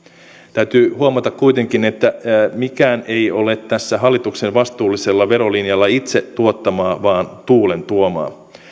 täytyy huomata kuitenkin että mikään ei ole tässä hallituksen vastuullisella verolinjalla itse tuottamaa vaan tuulen tuomaa